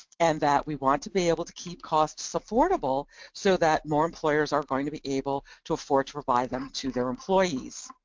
and that we want to be able to keep costs affordable so that more employers are going to be able to afford to provide them to their employees.